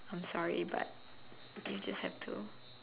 I'm sorry but you just have to